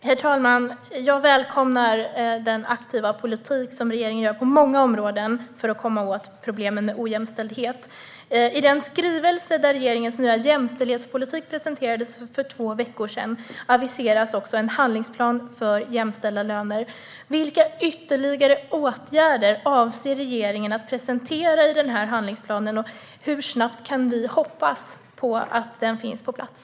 Herr talman! Jag välkomnar den aktiva politik regeringen för på många områden för att komma åt problemen med ojämställdhet. I den skrivelse där regeringens nya jämställdhetspolitik presenterades för två veckor sedan aviserades också en handlingsplan för jämställda löner. Vilka ytterligare åtgärder avser regeringen att presentera i handlingsplanen, och hur snabbt kan vi hoppas på att den finns på plats?